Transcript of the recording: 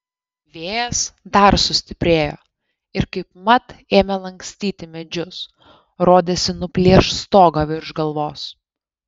vėjas dar sustiprėjo ir kaipmat ėmė lankstyti medžius rodėsi nuplėš stogą virš galvos